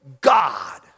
God